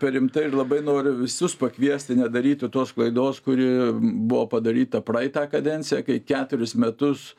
per rimtai ir labai noriu visus pakviesti nedaryti tos klaidos kuri buvo padaryta praeitą kadenciją kai keturis metus